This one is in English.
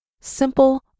simple